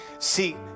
see